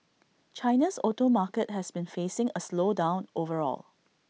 China's auto market has been facing A slowdown overall